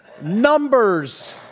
Numbers